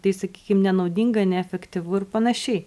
tai sakykim nenaudinga neefektyvu ir panašiai